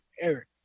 Eric